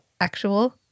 actual